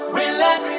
relax